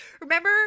remember